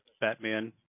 Batman